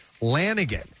Lanigan